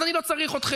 אז אני לא צריך אתכם.